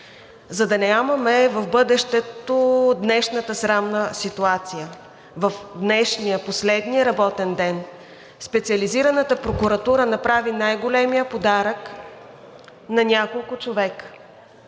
за да нямаме в бъдещето днешната срамна ситуация. В днешния последен работен ден Специализираната прокуратура направи най-големия подарък на няколко човека: